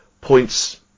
points